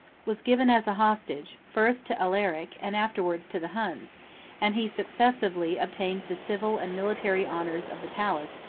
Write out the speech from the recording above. was given as a hostage, first to alaric, and afterwards to the huns and he successively obtained the civil and military honors of the palace,